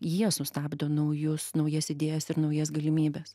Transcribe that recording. jie sustabdo naujus naujas idėjas ir naujas galimybes